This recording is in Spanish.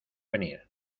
venir